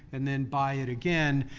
and then buy it again,